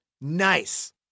Nice